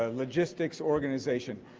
ah logistics organization.